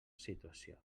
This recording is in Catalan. situació